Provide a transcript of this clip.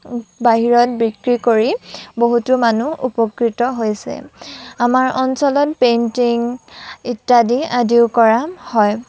বাহিৰত বিক্ৰী কৰি বহুতো মানুহ উপকৃত হৈছে আমাৰ অঞ্চলত পেইণ্টিং আদিও কৰা হয়